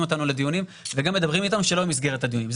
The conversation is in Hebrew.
אותנו לדיונים וגם מדברים איתנו שלא במסגרת הדיונים.